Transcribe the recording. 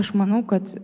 aš manau kad